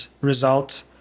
result